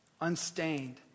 Unstained